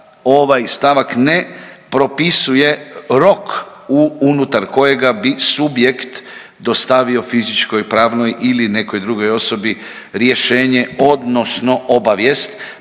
ovaj stavak ne propisuje rok u unutar kojega bi subjekt dostavio fizičkoj, pravnoj ili nekoj drugoj osobi rješenje odnosno obavijest